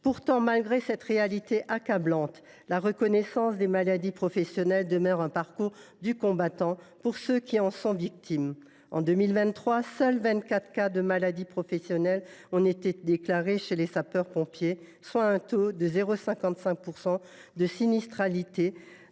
En dépit de cette réalité accablante, la reconnaissance des maladies professionnelles demeure un parcours du combattant pour ceux qui en sont victimes. Ainsi, en 2023, seuls vingt quatre cas de maladies professionnelles ont été déclarés chez les sapeurs pompiers, soit un taux de 0,55 % de sinistralité